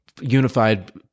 Unified